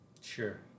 Sure